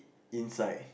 inside